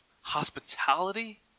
hospitality